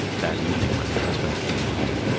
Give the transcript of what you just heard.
that evening when her husband came home,